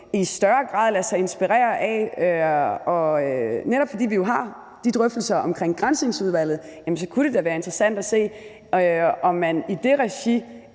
i større grad lade sig inspirere af. Netop fordi vi jo har de drøftelser omkring Granskningsudvalget, kunne det da være interessant at se, om man i det regi